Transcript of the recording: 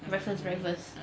breakfast breakfast